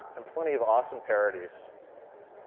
and plenty of awesome parodies.